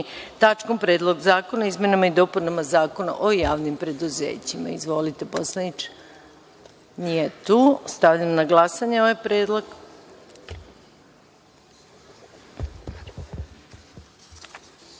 tačkom – Predlog zakona o izmenama i dopunama Zakona o javnim preduzećima. Izvolite poslaniče. Nije tu. Stavljam na glasanje ovaj predlog. Molim